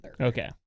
Okay